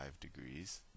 degrees